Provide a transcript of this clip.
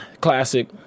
classic